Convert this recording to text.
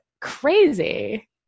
crazy